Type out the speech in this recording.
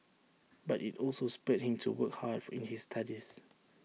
but IT also spurred him into work hard in his studies